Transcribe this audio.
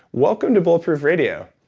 welcome to bulletproof radio